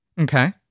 Okay